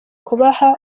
kubaha